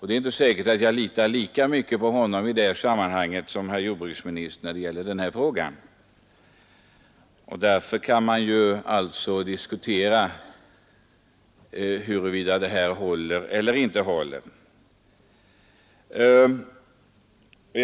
Det är inte säkert att jag kan lita lika mycket på honom som på vår nuvarande jordbruksminister när det gäller den här frågan. Därför kan man alltså diskutera huruvida föreliggande förslag håller eller inte.